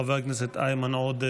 חבר הכנסת איימן עודה,